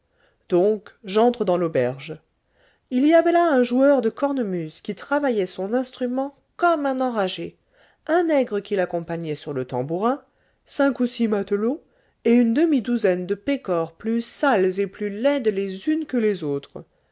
donc j'entre dans l'auberge il y avait là un joueur de cornemuse qui travaillait son instrument comme un enragé un nègre qui l'accompagnait sur le tambourin cinq ou six matelots et une demi-douzaine de pécores plus sales et plus laides les unes que les autres